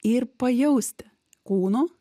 ir pajausti kūnu